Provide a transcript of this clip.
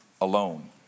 alone